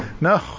no